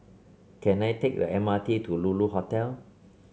can I take the M R T to Lulu Hotel